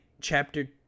Chapter